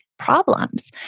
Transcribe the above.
Problems